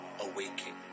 awakening